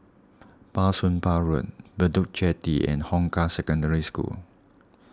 Bah Soon Pah Road Bedok Jetty and Hong Kah Secondary School